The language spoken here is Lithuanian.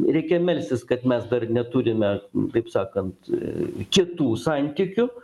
reikia melstis kad mes dar neturime taip sakant kitų santykių